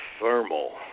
thermal